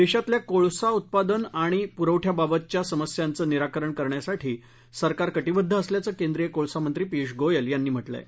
देशातील कोळसा उत्पादन आणि पुरवठ्याबाबतच्या समस्यांचं निराकरण करण्यासाठी सरकार कटीबध्द असल्याचं केंद्रीय कोळसा मंत्री पियूष गोयल यांनी म्हटलं आहे